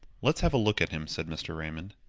let's have a look at him, said mr. raymond.